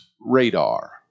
Radar